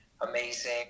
amazing